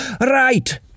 Right